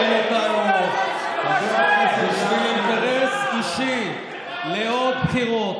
המליאה.) בשביל אינטרס אישי לעוד בחירות.